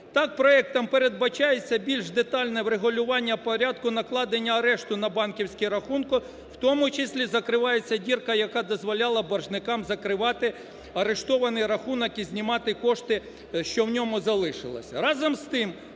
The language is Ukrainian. Так проектом передбачається більш детальне врегулювання порядку накладення арешту на банківські рахунки, у тому числі закривається дірка, яка дозволяла боржникам закривати арештований рахунок і знімати кошти, що в ньому залишилися.